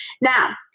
now